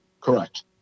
Correct